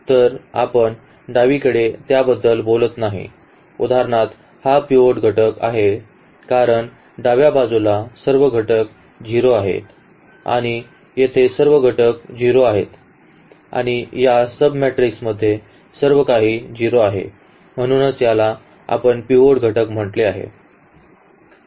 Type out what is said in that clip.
तर आपण डावीकडे त्या बद्दल बोलत नाही उदाहरणार्थ हा पिव्होट घटक आहे कारण डाव्या बाजूला सर्व घटक 0 आहेत आणि येथे सर्व घटक 0 आहेत आणि या सब मेट्रिक्समध्ये सर्व काही 0 आहे म्हणूनच याला आपण पिव्होट घटक म्हटले जाते